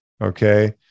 Okay